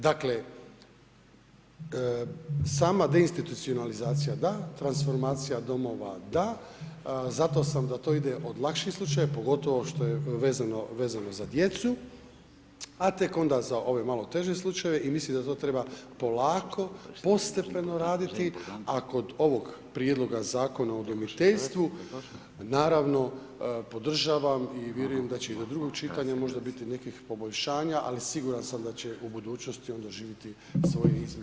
Dakle sama deinstitucionalizacija da, transformacija domova da, zato sam da to ide od lakših slučajeva pogotovo što je vezano za djecu, a tek onda za ove malo teže slučajeve i mislim da to treba polako, postepeno raditi a kod ovog Prijedloga zakona o udomiteljstvu, naravno podržavam i vjerujem da će i do drugog čitanja možda biti nekih poboljšanja ali siguran sam da će u budućnosti on doživjeti svoje izmjene i dopune.